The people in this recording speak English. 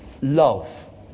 love